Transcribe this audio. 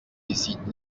décide